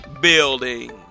building